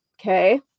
okay